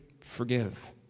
forgive